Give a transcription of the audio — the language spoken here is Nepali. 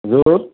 हेलो